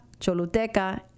Choluteca